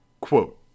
Quote